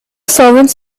servants